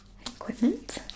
equipment